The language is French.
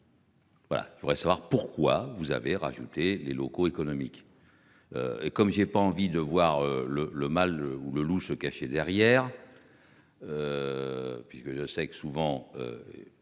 Voilà, je voudrais savoir pourquoi vous avez rajouté les locaux économique. Et comme j'ai pas envie de voir le le mal ou le loup se cacher derrière. Puisque de souvent.